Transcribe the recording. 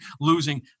losing